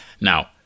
Now